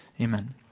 amen